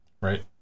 Right